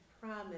promise